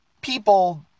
people